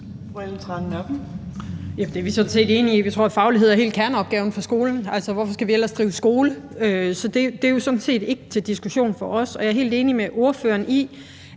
Nørby (V): Det er vi sådan set enige i. Vi tror, at faglighed er hele kerneopgaven for skolen. Altså, hvorfor skal vi ellers drive skole? Så det er jo sådan set ikke til diskussion for os. Jeg er helt enig med ordføreren i,